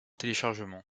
téléchargement